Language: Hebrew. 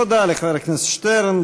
תודה לחבר הכנסת שטרן.